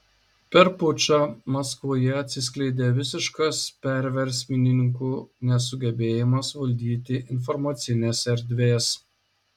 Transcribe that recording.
per pučą maskvoje atsiskleidė visiškas perversmininkų nesugebėjimas valdyti informacinės erdvės